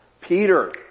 Peter